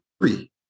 three